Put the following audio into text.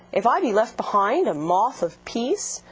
if i be left behind a moth of peace,